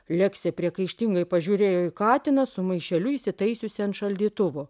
leksė priekaištingai pažiūrėjo į katiną su maišeliu įsitaisiusį ant šaldytuvo